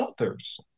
others